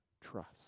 trust